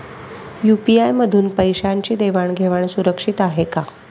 UPI मधून पैशांची देवाण घेवाण सुरक्षित आहे का?